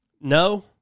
No